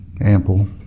ample